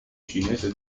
cinese